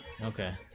okay